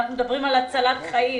אנחנו מדברים על הצלת חיים.